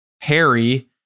Harry